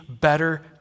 better